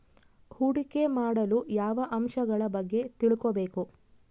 ಹೂಡಿಕೆ ಮಾಡಲು ಯಾವ ಅಂಶಗಳ ಬಗ್ಗೆ ತಿಳ್ಕೊಬೇಕು?